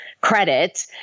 credit